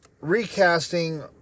recasting